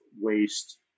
waste